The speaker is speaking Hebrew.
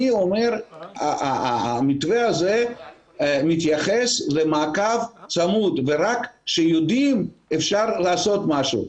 אני אומר שהמתווה הזה מתייחס למעקב צמוד ורק שיודעים אפשר לעשות משהו.